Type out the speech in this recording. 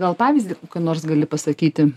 gal pavyzdį kokį nors gali pasakyti